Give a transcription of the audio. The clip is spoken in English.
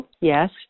yes